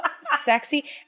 sexy